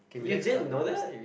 you didn't know that